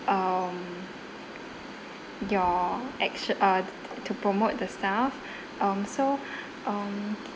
um your actio~ uh to promote the staff um so um